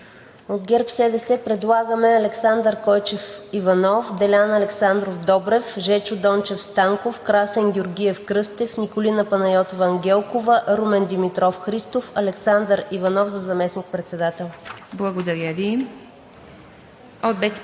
От ГЕРБ-СДС предлагаме Александър Койчев Иванов, Делян Александров Добрев, Жечо Дончев Станков, Красен Георгиев Кръстев, Николина Панайотова Ангелкова, Румен Димитров Христов, Александър Иванов за заместник-председател. ПРЕДСЕДАТЕЛ